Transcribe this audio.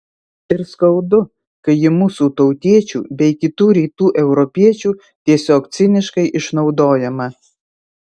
ir skaudu kai ji mūsų tautiečių bei kitų rytų europiečių tiesiog ciniškai išnaudojama